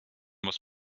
was